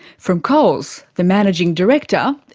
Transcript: from coles, the managing director,